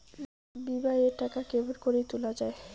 বিমা এর টাকা কেমন করি তুলা য়ায়?